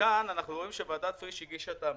כאן אנחנו רואים שוועדת פריש הגישה את ההמלצות.